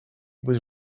was